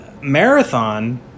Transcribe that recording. marathon